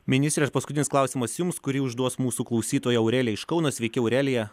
ministre ir paskutinis klausimas jums kurį užduos mūsų klausytoja aurelija iš kauno sveiki aurelija